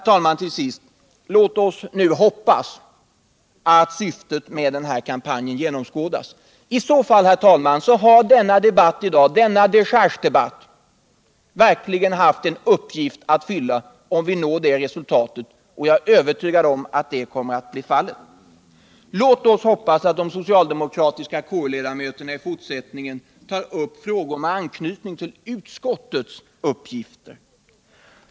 Till sist, herr talman: Låt oss hoppas att syftet med kampanjen genomskådas. Denna dechargedebatt har verkligen haft en uppgift att fylla, om man når det resultatet. Och jag är övertygad om att så kommer att bli fallet. Låt oss hoppas att de socialdemokratiska KU-ledamöterna i fortsättningen tar upp frågor med anknytning till utskottets uppgifter.